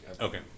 Okay